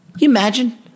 imagine